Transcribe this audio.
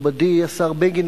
מכובדי השר בגין,